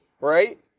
right